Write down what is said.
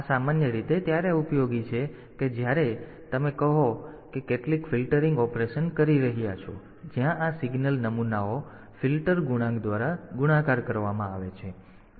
આ સામાન્ય રીતે ત્યારે ઉપયોગી છે કે જ્યારે તમે ઉદાહરણ તરીકે કહો કે કેટલાક ફિલ્ટરિંગ ઑપરેશન કરી રહ્યા છો જ્યાં આ સિગ્નલ નમૂનાઓ ફિલ્ટર ગુણાંક દ્વારા ગુણાકાર કરવામાં આવે છે